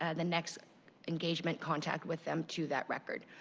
ah the next engagement contact with them to that record.